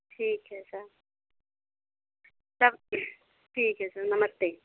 ठीक है सर तब ठीक है सर नमस्ते